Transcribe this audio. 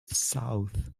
south